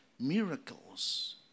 miracles